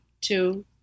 two